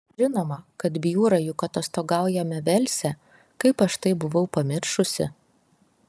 žinoma kad bjūra juk atostogaujame velse kaip aš tai buvau pamiršusi